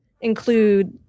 include